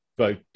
vote